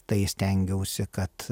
tai stengiausi kad